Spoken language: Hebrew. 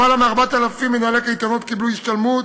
יותר מ-4,000 מנהלי קייטנות קיבלו השתלמות,